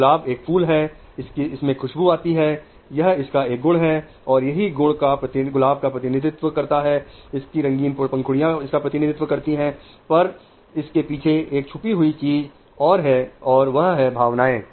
गुलाब एक फूल है इसकी खुशबू अच्छी होती है यह इसका एक गुण है और यही गुलाब का प्रतिनिधित्व इसकी रंगीन पंखुड़ियां करती है पर इसके पीछे एक छुपी हुई चीज और है और वह है भावनाएं